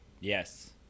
Yes